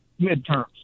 midterms